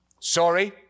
Sorry